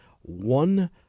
one